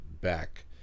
back